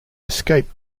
escaped